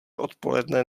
odpoledne